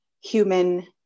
human